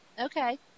okay